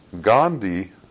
Gandhi